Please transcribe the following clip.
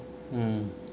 mm